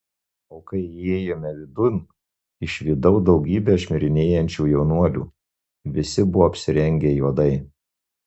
o kai įėjome vidun išvydau daugybę šmirinėjančių jaunuolių visi buvo apsirengę juodai